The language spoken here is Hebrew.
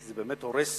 כי זה באמת הורס